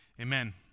amen